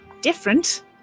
different